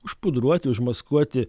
užpudruoti užmaskuoti